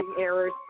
errors